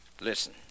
Listen